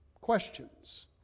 questions